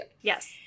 Yes